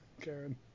Karen